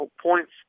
points